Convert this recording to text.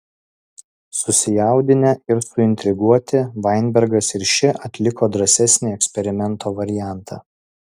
susijaudinę ir suintriguoti vainbergas ir ši atliko drąsesnį eksperimento variantą